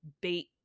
bait